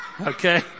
okay